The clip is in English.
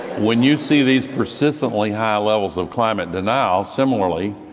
when you see these persistently high levels of climate deniers similarly,